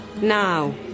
Now